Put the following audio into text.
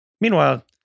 Meanwhile